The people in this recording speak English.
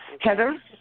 Heather